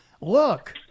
look